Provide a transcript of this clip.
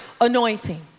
anointing